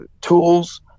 Tools